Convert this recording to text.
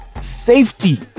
Safety